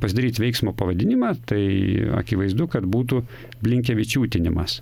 pasidaryt veiksmo pavadinimą tai akivaizdu kad būtų blinkevičiūtinimas